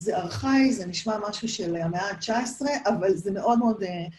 זה ארכאי, זה נשמע משהו של המאה ה-19, אבל זה מאוד מאוד...